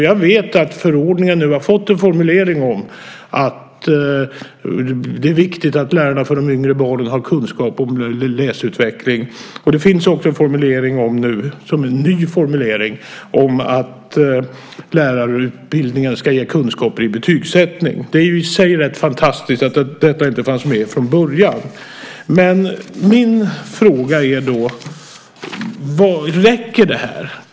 Jag vet att förordningen nu har fått en formulering om att det är viktigt att lärarna för yngre barn har kunskap om läsutvecklingen. Det finns nu också en ny formulering om att lärarutbildningen ska ge kunskaper i betygssättning. Det är i sig rätt fantastiskt att detta inte fanns med från början. Räcker det här?